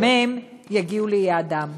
נגיע אליהם.